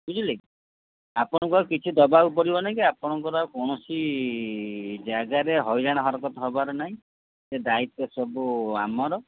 ବୁଝିଲେକି ଆପଣଙ୍କୁ ଆଉ କିଛି ଦବାକୁ ପଡ଼ିବନି କି ଆପଣଙ୍କର ଆଉ କୌଣସି ଜାଗାରେ ହଇରାଣ ହରକତ ହେବାର ନାହିଁ ସେ ଦାୟିତ୍ୱ ସବୁ ଆମର